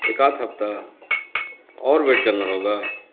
ایک آدھ ہفتہ اور ویٹ کرنا ہوگا